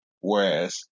Whereas